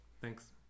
thanks